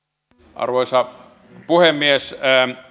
arvoisa puhemies